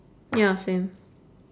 ya same